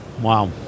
Wow